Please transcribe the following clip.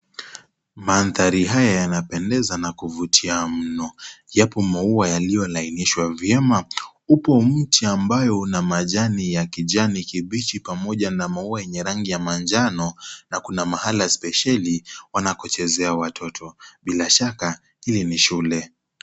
Mandhari haya yanapendeza na kuvutia mno yapo maua yaliyolaimnishwa vyema upo mti ambayo una majani ya kijani kibichi pamoja na maua ya rangi manjano na kuna mahala spesheli wanakochezae watoto, bila shaka hili ni shule.